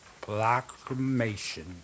Proclamation